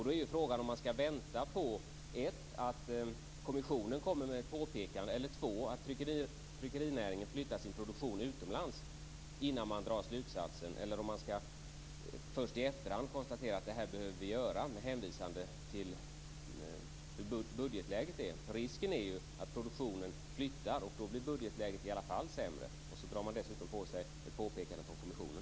Då är frågan om man skall vänta för det första på att kommissionen kommer med ett påpekande eller för det andra på att tryckerinäringen flyttar sin produktion utomlands innan man drar slutsatsen, eller om man först i efterhand konstaterar att det här behöver vi göra med hänvisning till hur budgetläget är. Risken är att produktionen flyttar, och då blir budgetläget i alla fall sämre, och så får man dessutom på sig ett påpekande från kommissionen.